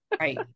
Right